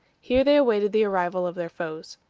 here they awaited the arrival of their foes.